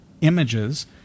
images